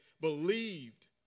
believed